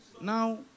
Now